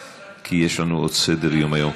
כי יש לנו עוד סדר-יום היום.